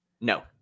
No